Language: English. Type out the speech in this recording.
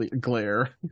glare